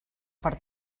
per